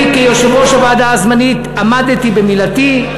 אני, כיו"ר הוועדה הזמנית, עמדתי במילתי.